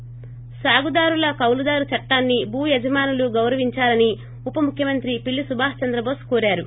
ి సాగుదారుల కౌలుదారు చట్టాన్ని భూ యజమానులు గౌరవించాలని ఉపముఖ్యమంత్రి పిల్లి సుభాస్ చంద్రబోష్ కోరారు